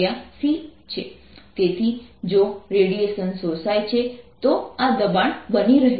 momentum densityc Sc2 Sc તેથી જો radiation શોષાય છે તો આ દબાણ બની રહ્યું છે